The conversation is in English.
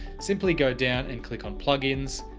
simply go down and click on plugins.